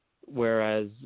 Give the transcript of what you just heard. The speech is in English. whereas